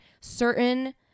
certain